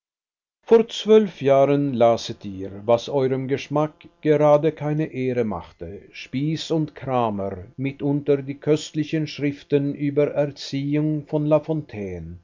vor zwölf jahren laset ihr was eurem geschmack gerade keine ehre machte spieß und cramer mitunter die köstlichen schriften über erziehung von lafontaine